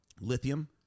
Lithium